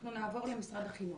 אנחנו נעבור למשרד החינוך.